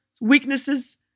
weaknesses